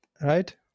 right